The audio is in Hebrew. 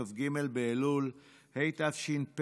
כ"ג באלול התשפ"ב,